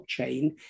blockchain